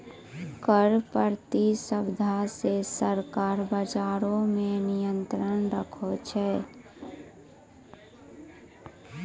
कर प्रतिस्पर्धा से सरकार बजारो पे नियंत्रण राखै छै